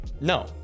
No